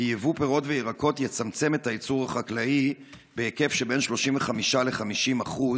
יבוא פירות וירקות יצמצם את הייצור החקלאי בהיקף שבין 35% ל-50%,